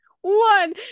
one